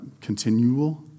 Continual